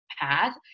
path